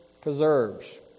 preserves